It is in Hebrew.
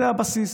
זה הבסיס,